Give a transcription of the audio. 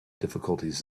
difficulties